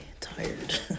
tired